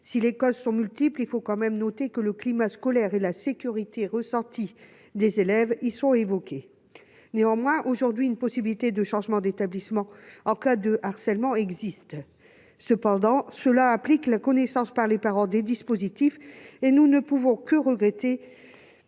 si les causes sont multiples, il faut quand même noter que le climat scolaire et la sécurité ressorti des élèves y sont évoqués néanmoins aujourd'hui une possibilité de changement d'établissement en cas de harcèlement existe cependant cela implique la connaissance par les parents des dispositifs et nous ne pouvons que regretter